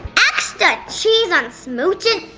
extra cheese on smooching?